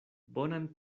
bonan